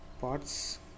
Parts